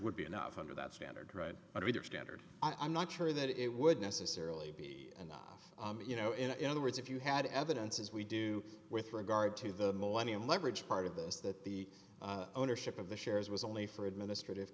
would be enough under that standard right under your standard i'm not sure that it would necessarily be enough you know in other words if you had evidence as we do with regard to the millennium leverage part of this that the ownership of the shares was only for administrative